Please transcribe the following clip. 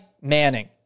Manning